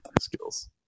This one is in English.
Skills